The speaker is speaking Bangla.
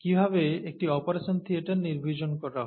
কীভাবে একটি অপারেশন থিয়েটার নির্বীজন করা হয়